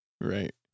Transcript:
right